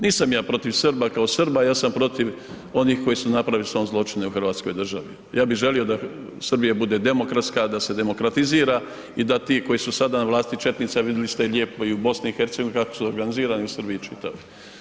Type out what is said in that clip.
Nisam ja protiv Srba kao Srba ja sam protiv onih koji su napravili zločine u Hrvatskoj državi, ja bi želio da Srbija bude demokratska, da se demokratizira i da ti koji su sada na vlasti, četnici, a vidjeli ste lijepo i u BiH kako su organizirani i u Srbiji čitavoj.